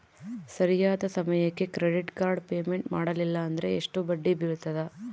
ಸರಿಯಾದ ಸಮಯಕ್ಕೆ credit card payment ಮಾಡಲಿಲ್ಲ ಅಂದ್ರೆ ಎಷ್ಟು ಬಡ್ಡಿ ಬೇಳ್ತದ?